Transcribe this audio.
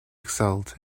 excelled